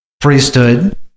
priesthood